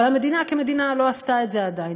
אבל המדינה, כמדינה, לא עשתה את זה עדיין.